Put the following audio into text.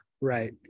Right